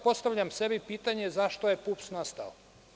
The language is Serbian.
Postavljam sebi pitanje – zašto je PUPS nastao?